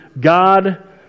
God